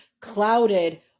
clouded